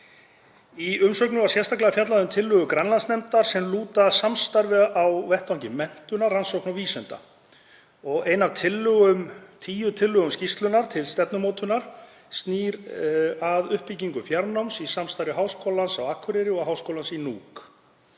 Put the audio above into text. Í umsögnum var sérstaklega fjallað um tillögur Grænlandsnefndar sem lúta að samstarfi á vettvangi menntunar, rannsókna og vísinda. Ein af tíu tillögum skýrslunnar til stefnumótunar snýr að uppbyggingu fjarnáms í samstarfi Háskólans á Akureyri og Háskólans í Nuuk.